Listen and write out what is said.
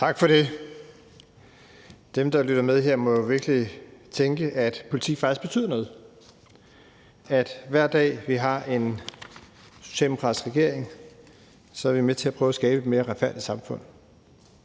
Tak for det. Dem, der lytter med her, må virkelig tænke, at politik faktisk betyder noget, for hver dag vi har en socialdemokratisk regering, er vi med til at prøve at skabe et mere retfærdigt samfund.